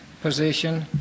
position